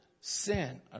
sin